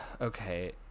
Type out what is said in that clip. Okay